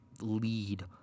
lead